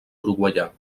uruguaià